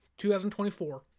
2024